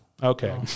Okay